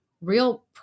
real